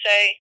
say